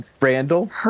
Randall